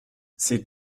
ces